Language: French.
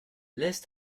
laisse